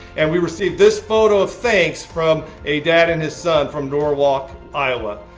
and we received this photo of thanks from a dad and his son from norwalk, iowa.